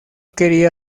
quería